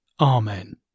Amen